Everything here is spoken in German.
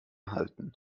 halten